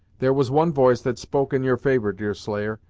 there was one voice that spoke in your favor, deerslayer,